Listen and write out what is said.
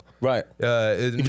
Right